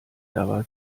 dabei